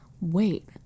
Wait